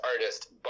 artist